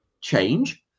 change